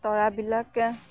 তৰাবিলাকে